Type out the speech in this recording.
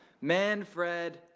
Manfred